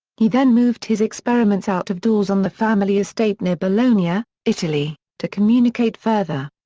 he then moved his experiments out-of-doors on the family estate near bologna, ah italy, to communicate further.